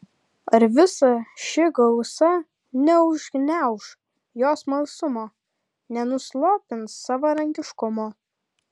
ar visa ši gausa neužgniauš jo smalsumo nenuslopins savarankiškumo